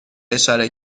اشاره